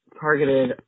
Targeted